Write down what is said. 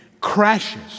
crashes